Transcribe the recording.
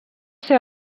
ser